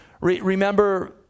remember